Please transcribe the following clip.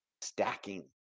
Stacking